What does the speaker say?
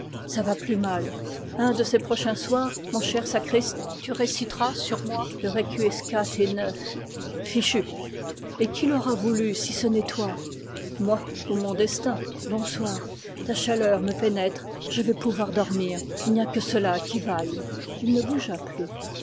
ça va plus mal un de ces prochains soirs mon cher sacriste tu réciteras sur moi le requiescat in j ichu et qui l'aura voulu si ce n'est toi moi ou mon destin bonsoir ta chaleur me pénètre je vais pouvoir dormir il n'y a que cela qui vaille il ne bougea plus